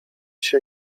się